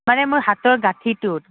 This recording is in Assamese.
মানে মোৰ হাতৰ গাঁঠিটোত